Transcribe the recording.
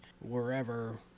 wherever